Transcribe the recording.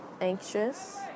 anxious